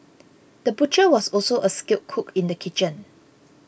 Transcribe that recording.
the butcher was also a skilled cook in the kitchen